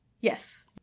Yes